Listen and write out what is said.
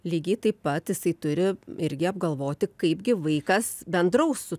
lygiai taip pat jisai turi irgi apgalvoti kaipgi vaikas bendraus su